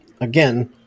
Again